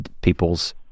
people's